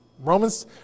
Romans